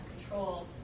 control